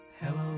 Hello